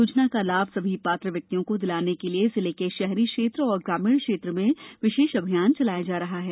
योजना का लाभ सभी पात्र व्यक्तियों को दिलाने के लिए जिले के शहरी एवं ग्रामीण क्षेत्र में विशेष अभियान चलाया जा रहा है